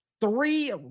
three